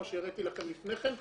כמו שהראיתי לכם לפניכן,